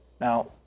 Now